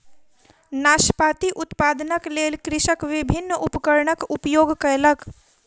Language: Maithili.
नाशपाती उत्पादनक लेल कृषक विभिन्न उपकरणक उपयोग कयलक